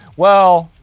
well,